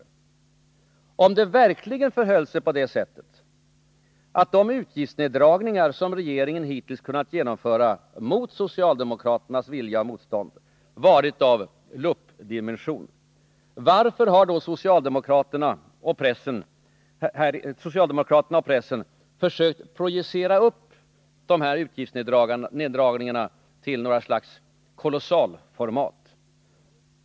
Om det verkligen förhöll sig på det sättet att de utgiftsneddragningar, som regeringen hittills kunnat genomföra mot socialdemokraternas vilja och trots deras motstånd, varit av ”luppdimension”, varför har då socialdemokraterna och pressen försökt projicera upp de här utgiftsneddragningarna till något slags kolossalformat?